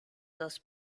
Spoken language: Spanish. dos